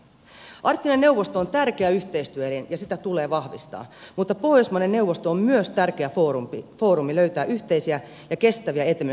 arktinen neuvosto on tärkeä yhteistyöelin ja sitä tulee vahvistaa mutta myös pohjoismaiden neuvosto on tärkeä foorumi löytää yhteisiä ja kestäviä etenemismalleja arktiselle